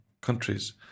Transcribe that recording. countries